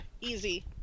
Easy